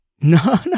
No